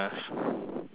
a crop top